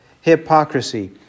hypocrisy